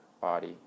body